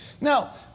Now